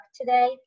today